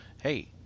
hey